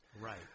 Right